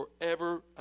forever